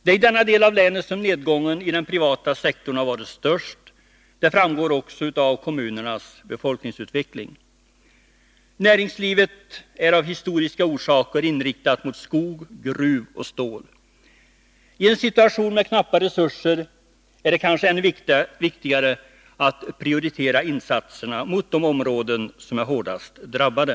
Det är i denna del av länet som nedgången i den privata sektorn har varit störst, det framgår också av kommunernas befolkningsutveckling. Näringslivet är av historiska orsaker inriktat mot skog, gruvor och stål. I en situation med knappa resurser är det kanske ännu viktigare att prioritera insatserna mot de områden som är hårdast drabbade.